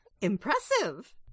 Impressive